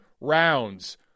rounds